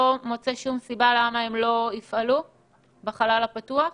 מוצא שום סיבה למה שהם לא יפעלו בחלל הפתוח?